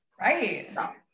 right